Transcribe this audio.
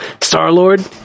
Star-Lord